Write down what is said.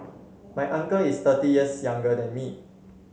my uncle is thirty years younger than me